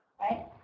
right